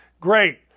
Great